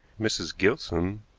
mrs. gilson,